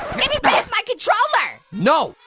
hey, gimme back my controller! no!